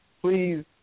please